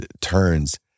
turns